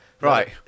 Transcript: Right